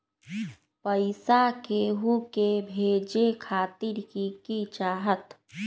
पैसा के हु के भेजे खातीर की की चाहत?